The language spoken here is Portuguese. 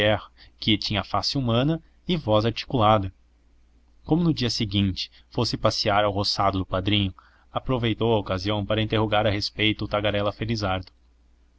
que tinha face humana e voz articulada como no dia seguinte fosse passear ao roçado do padrinho aproveitou a ocasião para interrogar a respeito o tagarela felizardo